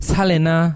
Salena